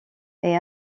est